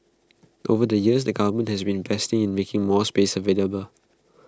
over the years the government has been investing in making more spaces available